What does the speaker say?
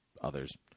others